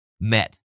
met